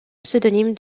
pseudonyme